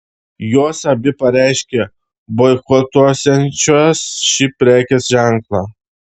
jos abi pareiškė boikotuosiančios šį prekės ženklą